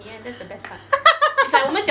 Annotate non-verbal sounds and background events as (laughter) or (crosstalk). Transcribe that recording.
(breath) (laughs)